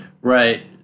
Right